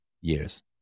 years